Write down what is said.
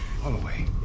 Holloway